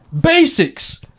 basics